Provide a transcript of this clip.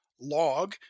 log